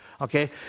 okay